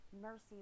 Mercy